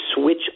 switch